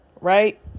right